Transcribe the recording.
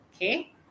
Okay